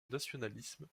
nationalisme